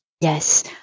Yes